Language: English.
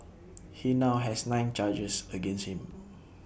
he now has nine charges against him